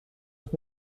with